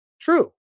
true